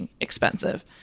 expensive